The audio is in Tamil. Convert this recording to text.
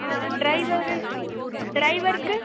ஆ டிரைவர் டிரைவர்க்கு